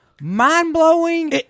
mind-blowing